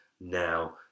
now